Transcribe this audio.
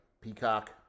Peacock